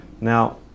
Now